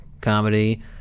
comedy